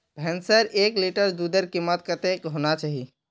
भैंसेर एक लीटर दूधेर कीमत कतेक होना चही?